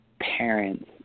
parents